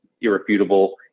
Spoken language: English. irrefutable